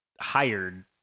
hired